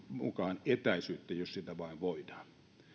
mukaan etäisyyttä jos sitä vain voidaan